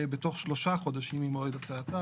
בתוך 3 חודשים ממועד הוצאתה.